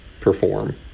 perform